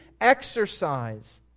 exercise